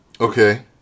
Okay